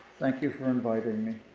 thank you for inviting me.